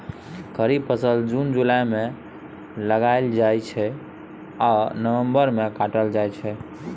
खरीफ फसल जुन जुलाई मे लगाएल जाइ छै आ नबंबर मे काटल जाइ छै